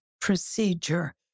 procedure